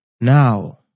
Now